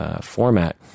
format